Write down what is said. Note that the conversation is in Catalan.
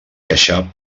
queixar